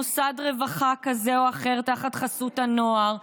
מוסד רווחה כזה או אחר תחת חסות הנוער,